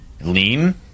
lean